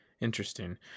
Interesting